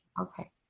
Okay